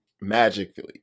magically